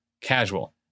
casual